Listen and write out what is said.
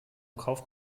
kauft